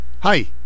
Hi